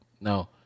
No